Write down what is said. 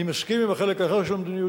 אני מסכים עם החלק האחר של המדיניות,